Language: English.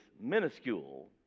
minuscule